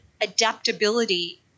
adaptability